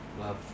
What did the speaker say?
Love